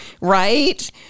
Right